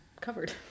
covered